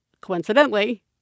Coincidentally